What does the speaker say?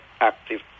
active